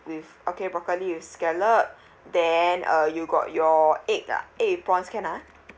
with okay broccoli with scallop then uh you got your egg ah egg with prawns can ah